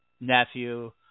nephew